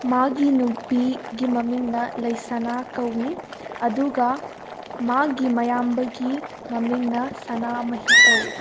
ꯃꯥꯒꯤ ꯅꯨꯄꯤꯒꯤ ꯃꯃꯤꯡꯅ ꯂꯩꯁꯅꯥ ꯀꯧꯏ ꯑꯗꯨꯒ ꯃꯥꯒꯤ ꯃꯌꯥꯝꯕꯒꯤ ꯃꯃꯤꯡꯅ ꯁꯥꯅꯥꯃꯍꯤ ꯀꯧꯏ